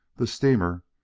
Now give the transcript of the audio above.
the steamer,